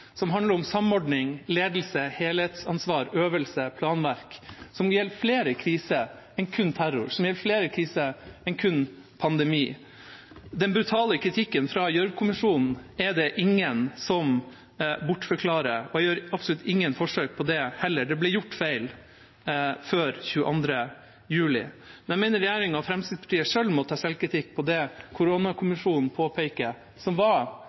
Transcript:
som handler om samordning, ledelse, helhetsansvar, øvelse, planverk – som gjelder flere kriser enn kun terror, flere kriser enn kun pandemi. Den brutale kritikken fra Gjørv-kommisjonen er det ingen som bortforklarer, og jeg gjør absolutt ingen forsøk på det heller. Det ble gjort feil før 22. juli. Men jeg mener at regjeringen og Fremskrittspartiet selv må ta selvkritikk på det som koronakommisjonen påpeker